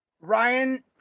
Ryan